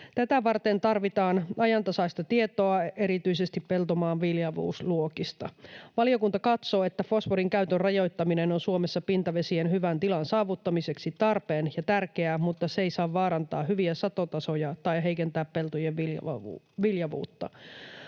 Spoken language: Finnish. Tätä varten tarvitaan ajantasaista tietoa, erityisesti peltomaan viljavuusluokista. Valiokunta katsoo, että fosforin käytön rajoittaminen on Suomessa pintavesien hyvän tilan saavuttamiseksi tarpeen ja tärkeää mutta se ei saa vaarantaa hyviä satotasoja tai heikentää peltojen viljavuutta.